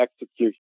execution